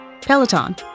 Peloton